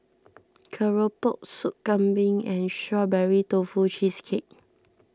Keropok Soup Kambing and Strawberry Tofu Cheesecake